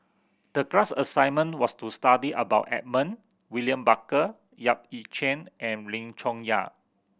the class assignment was to study about Edmund William Barker Yap Ee Chian and Lim Chong Yah